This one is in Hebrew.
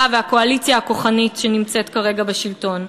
ושל הקואליציה הכוחנית שנמצאת כרגע בשלטון.